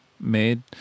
made